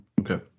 Okay